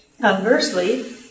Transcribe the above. Conversely